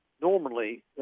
Normally